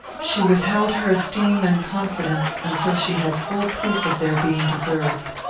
she withheld her esteem and confidence until she had full proof of their being deserved.